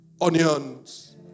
onions